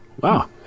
Wow